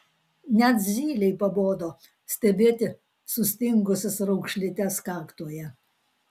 net zylei pabodo stebėti sustingusias raukšlytes kaktoje